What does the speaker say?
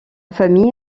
famille